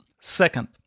Second